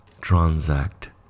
transact